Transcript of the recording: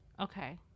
Okay